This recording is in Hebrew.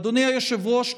אדוני היושב-ראש,